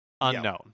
Unknown